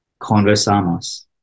Conversamos